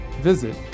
visit